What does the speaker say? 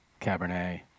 Cabernet